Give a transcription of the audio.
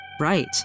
Right